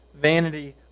vanity